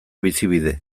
bizibide